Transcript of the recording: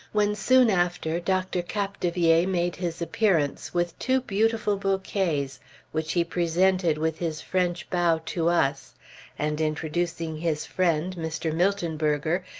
when soon after dr. capdevielle made his appearance, with two beautiful bouquets which he presented with his french bow to us and introducing his friend, mr. miltonberger,